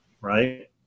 right